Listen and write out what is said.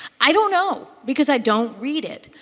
i don't know. because i don't read it.